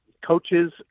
coaches